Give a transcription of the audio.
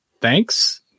thanks